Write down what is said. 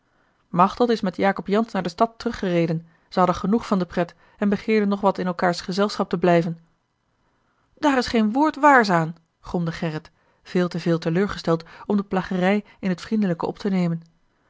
machteld is met jacob jansz naar de stad teruggereden ze hadden genoeg van de pret en begeerden nog wat in elkaârs gezelschap te blijven daar is geen woord waars aan gromde gerrit veel te veel teleurgesteld om de plagerij in t vriendelijke op te nemen